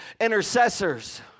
intercessors